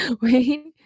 wait